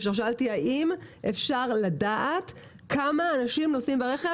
שאלתי האם אפשר לדעת כמה אנשים נוסעים ברכב.